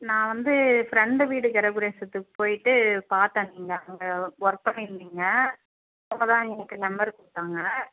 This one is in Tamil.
நான் வந்து ஃப்ரெண்டு வீடு கிரவபிரவேசத்துக்கு போய்விட்டு பார்த்தேன் நீங்கள் அங்கே ஒர்க் பண்ணிருந்தீங்க அவங்க தான் எனக்கு நம்பர் கொடுத்தாங்க